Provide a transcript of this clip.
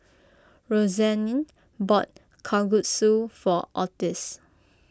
Roxanne bought Kalguksu for Ottis